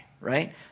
right